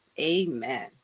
Amen